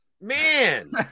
Man